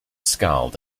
scowled